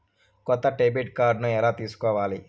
కొత్త debit card నేను ఎలా తీసుకోవాలి?